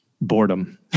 boredom